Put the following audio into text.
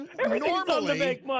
normally